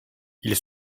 ils